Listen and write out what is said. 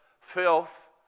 filth